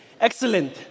Excellent